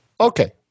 Okay